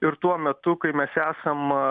ir tuo metu kai mes esam